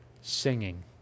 singing